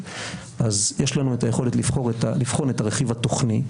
אז יש לנו את היכולת לבחון את הרכיב התוכני,